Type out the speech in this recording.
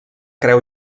creu